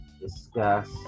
discuss